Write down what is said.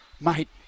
mate